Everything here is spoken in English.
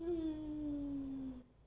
mm